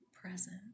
present